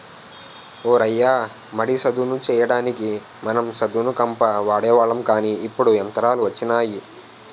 ఓ రయ్య మడి సదును చెయ్యడానికి మనం సదును కంప వాడేవాళ్ళం కానీ ఇప్పుడు యంత్రాలు వచ్చినాయి